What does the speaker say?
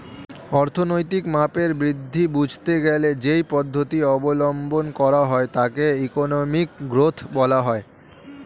অর্থনৈতিক মাপের বৃদ্ধি বুঝতে গেলে যেই পদ্ধতি অবলম্বন করা হয় তাকে ইকোনমিক গ্রোথ বলা হয়